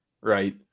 right